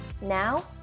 Now